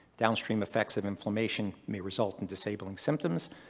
downstream effects of inflammation may result in disabling symptoms.